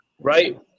right